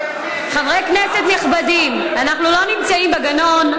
חברי כנסת נכבדים, אנחנו לא נמצאים בגנון.